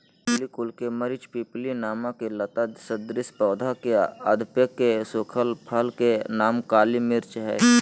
पिप्पली कुल के मरिचपिप्पली नामक लता सदृश पौधा के अधपके सुखल फल के नाम काली मिर्च हई